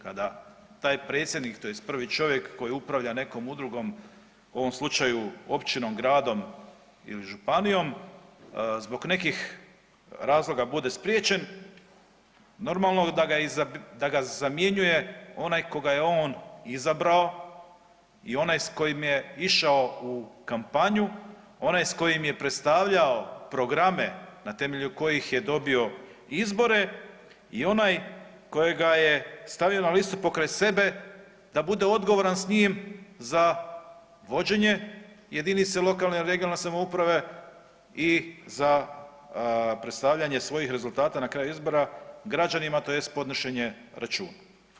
Kada taj predsjednik tj. prvi čovjek koji upravlja nekom udrugom, u ovom slučaju općinom, gradom ili županijom, zbog nekih razloga bude spriječen normalo da ga zamjenjuje onaj koga je on izabrao i onaj s kojim je išao u kampanju, onaj s kojim je predstavljao programe na temelju kojih je dobio izbore i onaj kojega je stavio na listu pokraj sebe da bude odgovoran s njim za vođenje jedinice lokalne i regionalne samouprave i za predstavljanje svojih rezultata na kraju izbora građanima tj. podnošenje računa.